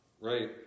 right